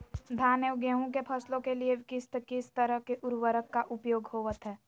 धान एवं गेहूं के फसलों के लिए किस किस तरह के उर्वरक का उपयोग होवत है?